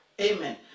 Amen